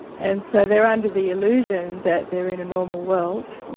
and so they are under the illusion that they are in a normal world,